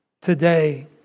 today